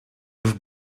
już